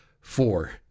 four